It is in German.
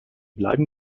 bleiben